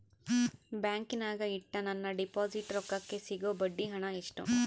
ಬ್ಯಾಂಕಿನಾಗ ಇಟ್ಟ ನನ್ನ ಡಿಪಾಸಿಟ್ ರೊಕ್ಕಕ್ಕೆ ಸಿಗೋ ಬಡ್ಡಿ ಹಣ ಎಷ್ಟು?